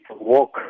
walk